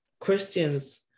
Christians